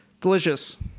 Delicious